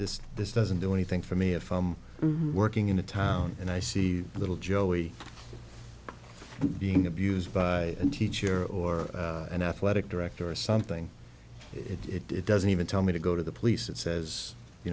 this this doesn't do anything for me of working in the town and i see little joey being abused by a teacher or an athletic director or something it doesn't even tell me to go to the police it says you